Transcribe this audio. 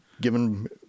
given